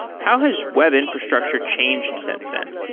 how has web infrastructure changed since then?